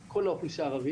את כל האוכלוסייה ערבית,